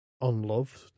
unloved